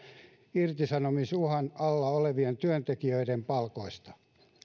irtisanomisuhan alla olevien työntekijöiden palkoista